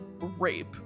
rape